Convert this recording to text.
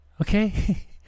Okay